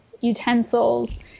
utensils